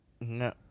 no